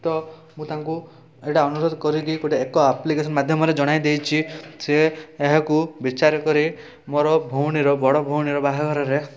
ତ ମୁଁ ତାଙ୍କୁ ଏଇଟା ଅନୁରୋଧ କରିକି ଗୋଟେ ଏକ ଆପ୍ଲିକେସନ୍ ମାଧ୍ୟମରେ ଜଣାଇ ଦେଇଛି ସିଏ ଏହାକୁ ବିଚାର କରି ମୋର ଭଉଣୀର ବଡ଼ ଭଉଣୀର ବାହାଘରରେ